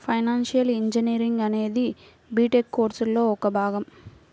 financial engineering అనేది BTech కోర్సులో ఒక భాగం